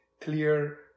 clear